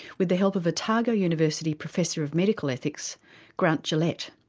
with the help of otago university professor of medical ethics grant gillett.